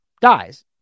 dies